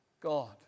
God